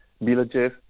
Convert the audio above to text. villages